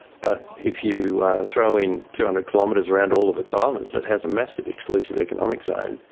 but if you throw in two hundred kilometres around all of its islands, it has a massive exclusive economic zone.